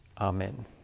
Amen